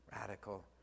radical